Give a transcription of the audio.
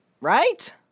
Right